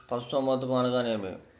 పశుసంవర్ధకం అనగానేమి?